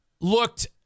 looked